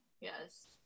Yes